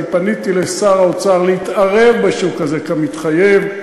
פניתי לשר האוצר להתערב בשוק הזה כמתחייב.